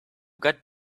got